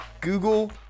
Google